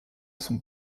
son